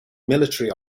military